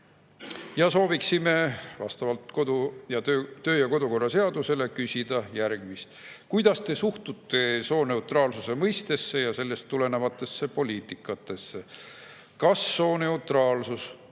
Sooviksime vastavalt töö- ja kodukorra seadusele küsida järgmist. [Esiteks,] kuidas te suhtute sooneutraalsuse mõistesse ja sellest tulenevasse poliitikasse? Kas sooneutraalsus